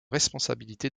responsabilités